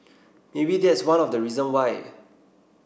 maybe that's one of the reason why